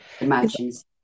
Imagines